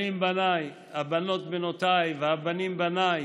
"הבנות בנתי, והבנים בניי,